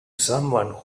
someone